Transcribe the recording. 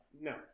No